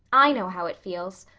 i know how it feels.